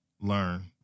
learn